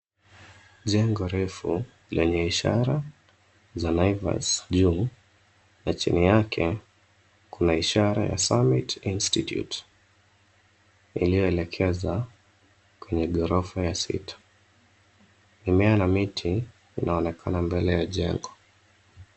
Jengo refu lenye ishara za Naivas juu na chini yake kuna ishara ya Summit Institute iliyoelekezwa kwenye gorofa ya sita. Mimea na miti inaonekana mbele ya jengo.